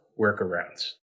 workarounds